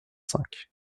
cinq